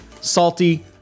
Salty